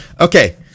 Okay